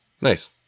Nice